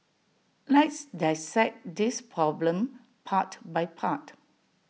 let's dissect this problem part by part